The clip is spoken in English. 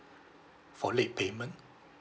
for late payment